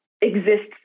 exists